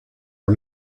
are